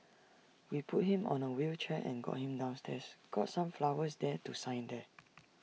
we put him on A wheelchair and got him downstairs got some flowers there to sign there